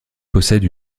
possèdent